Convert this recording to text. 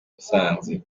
musanze